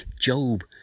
Job